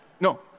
No